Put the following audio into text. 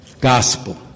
Gospel